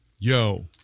Yo